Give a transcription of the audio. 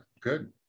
Good